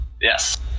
Yes